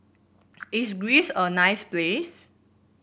is Greece a nice place